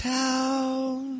town